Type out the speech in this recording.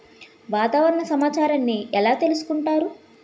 వాతావరణ సమాచారాన్ని ఎలా తెలుసుకుంటారు?